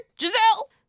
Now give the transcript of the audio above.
Giselle